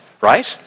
right